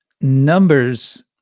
numbers